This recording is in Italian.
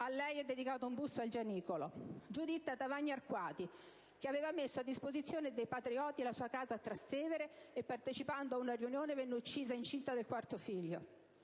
a lei è dedicato un busto al Gianicolo; Giuditta Tavagni Arquati, che aveva messo a disposizione dei patrioti la sua casa a Trastevere e, partecipando a una riunione, venne uccisa incinta del quarto figlio;